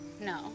No